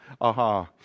aha